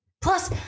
Plus